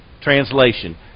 translation